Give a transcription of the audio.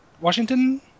Washington